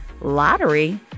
lottery